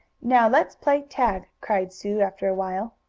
now let's play tag! cried sue, after a while.